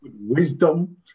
wisdom